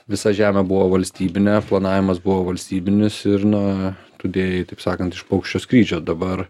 visa žemė buvo valstybinė planavimas buvo valstybinis ir na tu dėjai taip sakant iš paukščio skrydžio dabar